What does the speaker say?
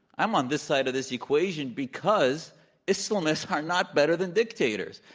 i'm on this side of this equation because islamists are not better than dictators,